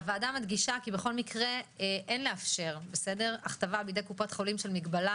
הוועדה מדגישה כי בכל מקרה אין לאפשר הכתבה בידי קופות חולים של מגבלה